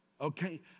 Okay